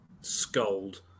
scold